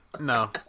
No